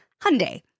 Hyundai